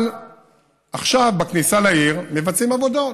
אבל עכשיו בכניסה לעיר מבצעים עבודות,